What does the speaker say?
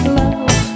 love